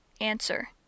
answer